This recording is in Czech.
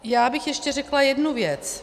Já bych ještě řekla jednu věc.